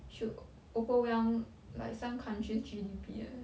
should overwhelm like some country's G_D_P eh